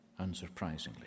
unsurprisingly